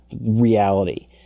reality